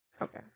Okay